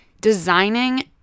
designing